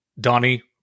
Donnie